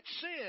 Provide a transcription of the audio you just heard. sin